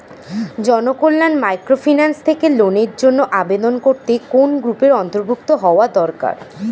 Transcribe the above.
Janakalyan microfinance থেকে লোনের জন্য আবেদন করতে কোন গ্রুপের অন্তর্ভুক্ত হওয়া দরকার?